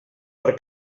per